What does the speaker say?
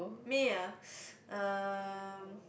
me ah um